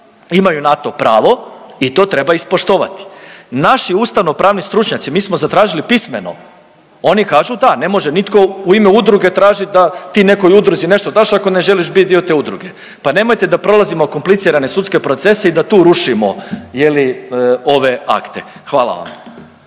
Imaju na to pravo i to treba ispoštovati. Naši ustavno-pravni stručnjaci mi smo zatražili pismo, oni kažu da. Ne može nitko u ime udruge udruge tražiti da ti nekoj udruzi nešto daš ako ne želiš biti dio te udruge. Pa nemojte da prolazimo komplicirane sudske procese i da tu rušimo ove akte. Hvala vam.